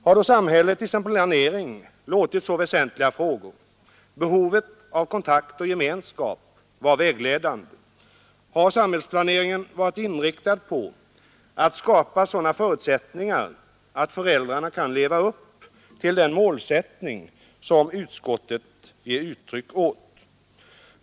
Har då samhället i sin planering låtit så väsentliga frågor som behovet av kontakt och gemenskap vara vägledande? Har samhällsplaneringen varit inriktad på att skapa sådana förutsättningar att föräldrarna kan leva upp till den målsättning som utskottet ger uttryck åt?